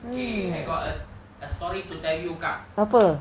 okay I got a a story to tell you kak